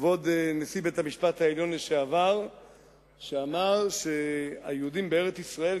כבוד נשיא בית-המשפט העליון לשעבר אמר שהיהודים בארץ-ישראל,